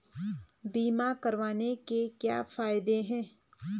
बीमा करवाने के क्या फायदे हैं?